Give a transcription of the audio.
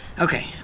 Okay